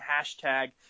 hashtag